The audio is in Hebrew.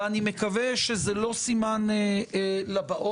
אני מקווה שזה לא סימן לבאות.